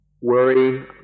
worry